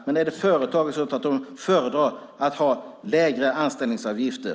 Men om det är företagen tror jag att de föredrar att ha lägre anställningsavgifter.